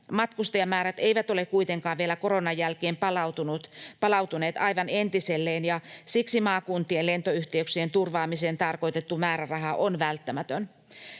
Matkustajamäärät eivät ole kuitenkaan vielä koronan jälkeen palautuneet aivan entiselleen, ja siksi maakuntien lentoyhteyksien turvaamiseen tarkoitettu määräraha on välttämätön.